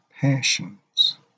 passions